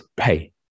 hey